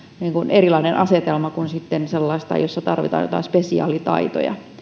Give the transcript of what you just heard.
erilainen asetelma kuin sitten sellaisissa joissa tarvitaan joitain spesiaalitaitoja